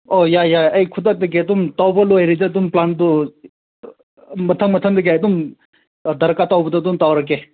ꯑꯣ ꯌꯥꯏ ꯌꯥꯏ ꯑꯩ ꯈꯨꯗꯛꯇꯒꯤ ꯑꯗꯨꯝ ꯇꯧꯕ ꯂꯣꯏꯔꯗꯤ ꯑꯗꯨꯝ ꯄ꯭ꯂꯥꯟꯗꯣ ꯃꯊꯪ ꯃꯊꯪꯗꯒꯤ ꯑꯗꯨꯝ ꯗꯔꯀꯥꯔ ꯇꯧꯕꯗꯣ ꯑꯗꯨꯝ ꯇꯧꯔꯒꯦ